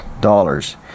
dollars